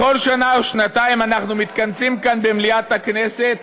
בכל שנה או שנתיים אנחנו מתכנסים כאן במליאת הכנסת